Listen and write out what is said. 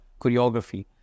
choreography